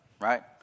right